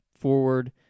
forward